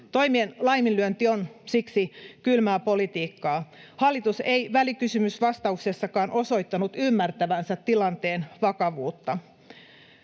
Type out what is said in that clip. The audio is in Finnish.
Toimien laiminlyönti on siksi kylmää politiikkaa. Hallitus ei välikysymysvastauksessakaan osoittanut ymmärtävänsä tilanteen vakavuutta.